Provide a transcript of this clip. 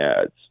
ads